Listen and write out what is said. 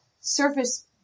surface